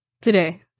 today